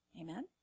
Amen